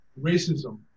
racism